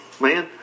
Man